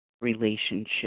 relationship